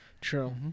true